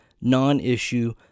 non-issue